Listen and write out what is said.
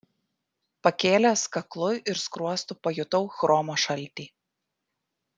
pakėlęs kaklu ir skruostu pajutau chromo šaltį